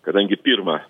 kadangi pirma